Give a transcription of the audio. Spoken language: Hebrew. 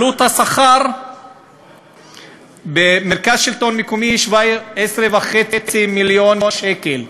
עלות השכר במרכז השלטון המקומי 17.5 מיליון שקל,